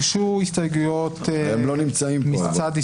הוגשו הסתייגויות מצד ישראל ביתנו.